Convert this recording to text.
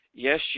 Yes